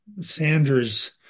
Sanders